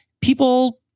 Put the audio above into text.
people